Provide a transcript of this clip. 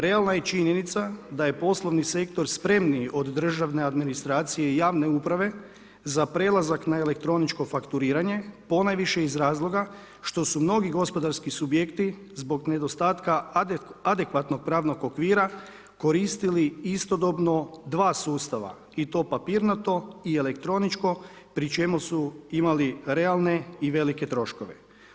Realna je činjenica da je poslovni sektor spremniji od državne administracije i javne uprave za prelazak na elektroničko fakturiranje ponajviše iz razloga što su mnogi gospodarski subjekti zbog nedostatka adekvatnog pravnog okvira koristili istodobno dva sustava i to papirnato i elektroničko pri čemu su imali realne i velike troškove.